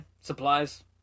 supplies